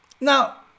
Now